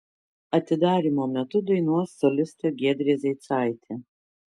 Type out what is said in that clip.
atidarymo metu dainuos solistė giedrė zeicaitė